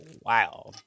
wow